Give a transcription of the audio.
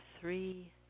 three